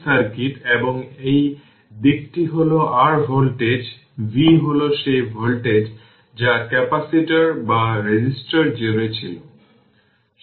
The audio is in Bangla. সুতরাং আশা করি এই সোর্স ফ্রি RC সার্কিটটি বোধগম্য হবে